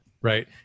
right